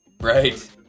Right